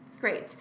Great